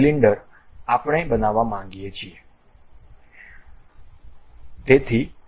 cylinder આપણે બનાવવા માંગીએ છીએ